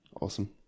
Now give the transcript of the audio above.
Awesome